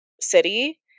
city